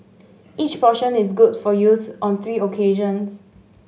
each portion is good for use on three occasions